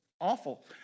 awful